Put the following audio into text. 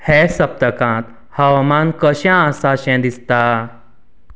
ह्या सप्तकांत हवामान कशें आसा शें दिसता